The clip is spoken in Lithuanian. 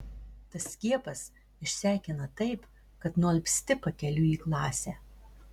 tas skiepas išsekina taip kad nualpsti pakeliui į klasę